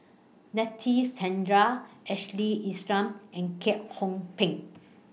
Nadasen Chandra Ashley Isham and Kwek Hong Png